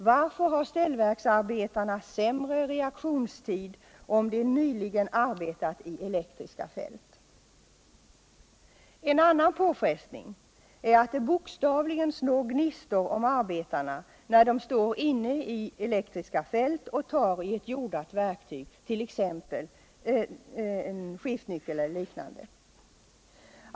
Varför har ställverksarbetarna längre reaktionstid. om de nyligen arbetat i elektriska fält? En annan påfrestning som bör uppmärk - sammas i det här sammanhanget är att det bokstavligen slår gnistor om arbetarna. när de står inne i elektriska fält och tar i ett jordat föremål, t.ex. ett verktyg.